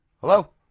Hello